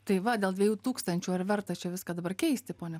tai va dėl dviejų tūkstančių ar verta čia viską dabar keisti ponia